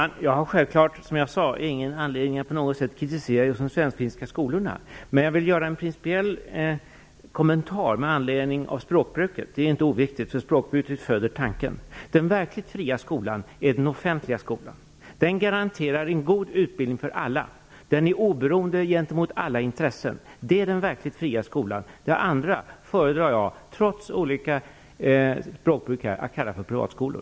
Herr talman! Som jag sade har jag självklart ingen anledning att på något sätt kritisera just de sverigefinska skolorna. Men jag vill göra en principiell kommentar med anledning av språkbruket. Det är inte oviktigt, eftersom språkbruket föder tanken. Den verkligt fria skolan är den offentliga skolan. Den garanterar en god utbildning för alla. Den är oberoende gentemot alla intressen. Det är den verkligt fria skolan. De andra föredrar jag, trots olika språkbruk här, att kalla för privatskolor.